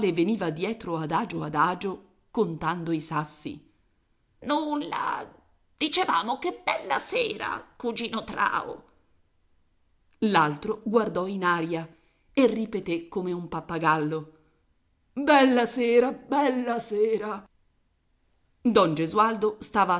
veniva dietro adagio adagio contando i sassi nulla dicevamo che bella sera cugino trao l'altro guardò in aria e ripeté come un pappagallo bella sera bella sera don gesualdo stava